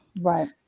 Right